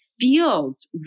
feels